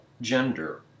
gender